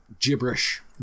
gibberish